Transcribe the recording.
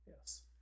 Yes